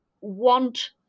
want